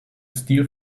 steal